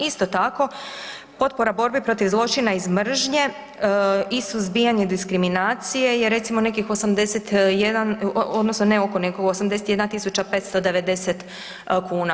Isto tako Potpora borbe protiv zločina iz mržnje i suzbijanje diskriminacije je recimo nekih 81 odnosno ne oko nego 81.590 kuna.